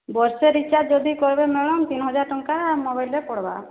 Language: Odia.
ବର୍ଷେ ରିଚାର୍ଜ୍ ଯଦି କହିବେ ମ୍ୟାଡ଼ମ ତିନି ହଜାର୍ ଟଙ୍କା ମୋବାଇଲରେ ପଡ଼ବା